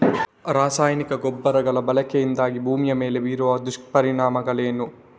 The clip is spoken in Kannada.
ರಾಸಾಯನಿಕ ಗೊಬ್ಬರಗಳ ಬಳಕೆಯಿಂದಾಗಿ ಭೂಮಿಯ ಮೇಲೆ ಬೀರುವ ದುಷ್ಪರಿಣಾಮಗಳೇನು?